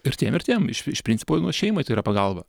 ir tiem ir tiem iš iš principo šeimai tai yra pagalba